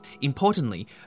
Importantly